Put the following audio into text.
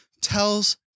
tells